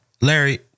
Larry